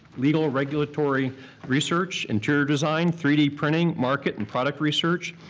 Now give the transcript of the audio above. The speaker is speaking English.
legal regulatory research, interior design, three d printing, market and product research,